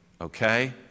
okay